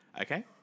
Okay